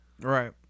right